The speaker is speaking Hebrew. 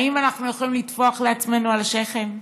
האם אנחנו יכולים לטפוח לעצמנו על השכם?